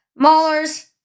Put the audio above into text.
Maulers